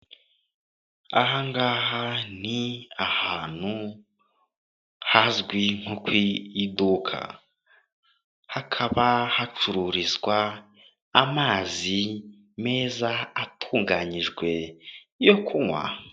Ahangaha ni ahantu hazwi nko ku iduka hakaba hacururizwa amazi meza atunganyijwe yo kunywa.